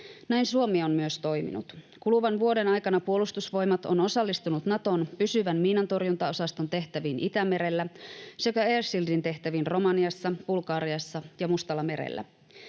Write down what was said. Näin Suomi on myös toiminut. Kuluvan vuoden aikana Puolustusvoimat on osallistunut Naton pysyvän miinantorjuntaosaston tehtäviin Itämerellä sekä air shielding -tehtäviin Romaniassa, Bulgariassa ja Mustallamerellä.